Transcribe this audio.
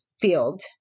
field